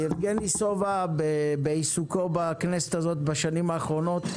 יבגני סובה בעיסוקו בכנסת הזאת ובשנים האחרונות,